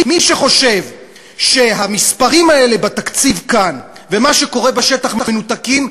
מי שחושב שהמספרים האלה בתקציב כאן ומה שקורה בשטח מנותקים,